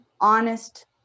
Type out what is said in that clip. honest